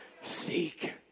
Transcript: Seek